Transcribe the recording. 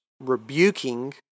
rebuking